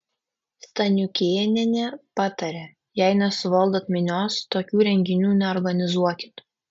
staniukėnienė patarė jei nesuvaldot minios tokių renginių neorganizuokit